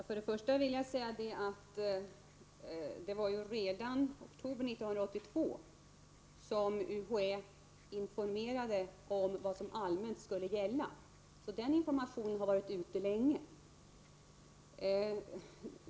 Herr talman! Det var redan i oktober 1982 som UHÄ informerade om vad som allmänt skulle gälla. Den informationen har således varit ute länge.